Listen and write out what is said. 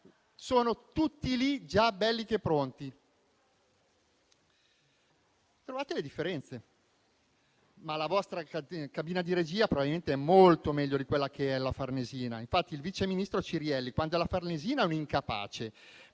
sono tutti lì, già belli e pronti: trovate le differenze La vostra cabina di regia probabilmente è molto meglio di quella della Farnesina. Infatti il vice ministro Cirielli, quando è alla Farnesina è un incapace,